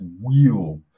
wheel